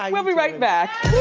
um we'll be right back.